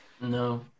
No